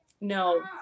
No